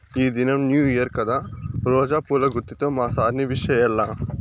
ఈ దినం new year కదా రోజా పూల గుత్తితో మా సార్ ని విష్ చెయ్యాల్ల